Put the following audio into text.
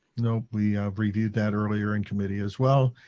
nope, we reviewed that earlier in committee as well.